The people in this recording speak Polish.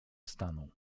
stanął